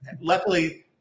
luckily